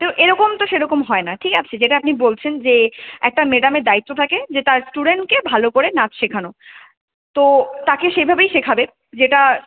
তো এ রকম তো সে রকম হয় না ঠিক আছে যেটা আপনি বলছেন যে একটা ম্যাডামের দায়িত্ব থাকে যে তার স্টুডেন্টকে ভালো করে নাচ শেখানো তো তাকে সেভাবেই শেখাবে যেটা